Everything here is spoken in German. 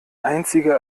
einziger